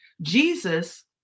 jesus